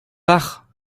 pars